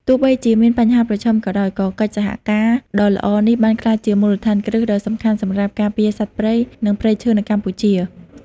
ទោះបីជាមានបញ្ហាប្រឈមក៏ដោយ ក៏កិច្ចសហការដ៏ល្អនេះបានក្លាយជាមូលដ្ឋានគ្រឹះដ៏សំខាន់សម្រាប់ការពារសត្វព្រៃ និងព្រៃឈើនៅកម្ពុជា។